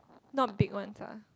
not big ones ah